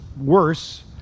worse